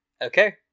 Okay